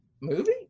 Movie